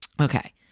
Okay